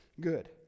good